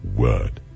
word